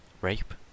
Rape